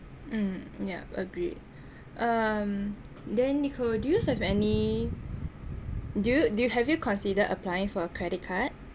mm yeah agreed um then nicole do you have any do you do have you considered applying for a credit card